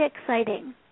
exciting